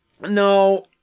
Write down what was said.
No